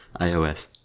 iOS